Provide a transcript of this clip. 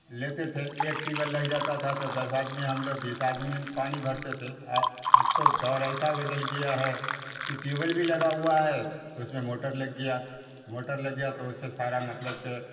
لیتے تھے ایک ٹیوب ویل لگ جاتا تھا تو دس آدمی ہم لوگ بیس آدمی پانی بھرتے تھے اب تو دور ایسا بدل گیا ہے کہ ٹیوب ویل بھی لگا ہوا ہے تو اس میں موٹر لگ گیا موٹر لگ گیا تو اس سے سارا مطلب کہ